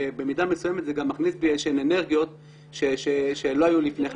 במידה מסוימת זה גם מכניס בי איזה שהם אנרגיות שלא היו לי לפני כן.